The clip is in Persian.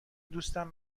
دوستم